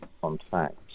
contact